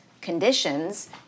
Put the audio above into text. conditions